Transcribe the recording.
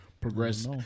progress